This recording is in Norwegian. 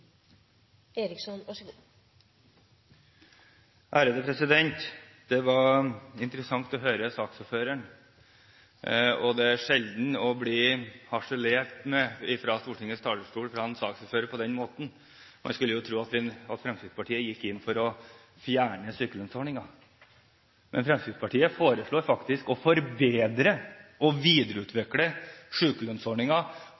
sjelden man blir harselert med fra Stortingets talerstol av en saksordfører på den måten. Man skulle jo tro at Fremskrittspartiet gikk inn for å fjerne sykelønnsordningen, men Fremskrittspartiet foreslår faktisk å forbedre og